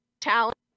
talent